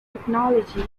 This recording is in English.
technology